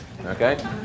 Okay